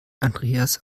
andreas